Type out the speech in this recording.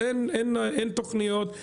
אין תוכניות אחרות,